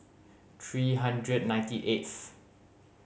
three hundred ninety eighth